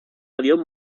avión